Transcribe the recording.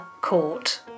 Court